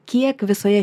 kiek visoje